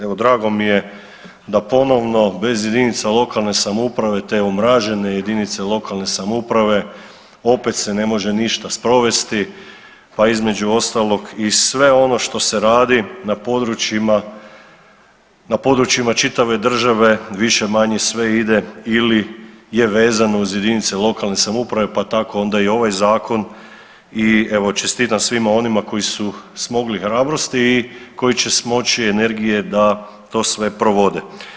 Evo drago mi je da ponovno bez jedinica lokalne samouprave te omražene jedinice lokalne samouprave opet se ne može ništa sprovesti pa između ostalog i sve ono što se radi na područjima, na područjima čitave države više manje sve ide ili je vezano uz jedinice lokalne samouprave pa tako onda i ovaj zakon i evo čestitam svima onima koji su smogli hrabrosti i koji će smoći energije da to sve provode.